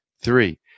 three